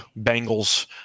Bengals